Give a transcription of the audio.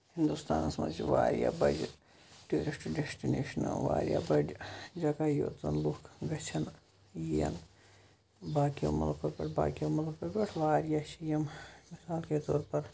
ہِنٛدُستانَس منٛز چھِ واریاہ بَجہِ ٹیوٗرِسٹ ڈٮ۪سٹنیشنہٕ واریاہ بٔڑۍ جگہ یوٚت زَن لُکھ گژھَن یا باقیو مٕلکو پٮ۪ٹھ باقٕیو ملکو پٮ۪ٹھ واریاہ چھِ یِم مثال کے طور پر